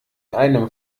einem